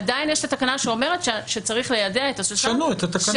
עדיין יש את התקנה שאומרת שצריך ליידע את התושב ש --- תשנו את התקנה.